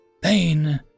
pain